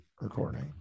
recording